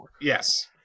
Yes